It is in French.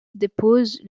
dépose